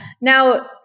Now